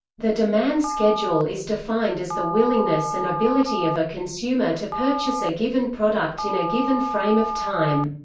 the demand schedule is defined as the willingness and ability of a consumer to purchase a given product in a given frame of time.